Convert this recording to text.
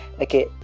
Okay